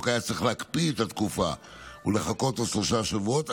היה צריך להקפיא את התקופה ולחכות עוד שלושה שבועות,